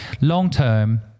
long-term